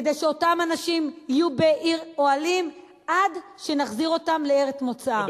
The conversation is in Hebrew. כדי שאותם אנשים יהיו בעיר אוהלים עד שנחזיר אותם לארץ מוצאם.